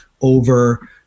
over